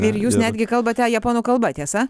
ir jūs netgi kalbate japonų kalba tiesa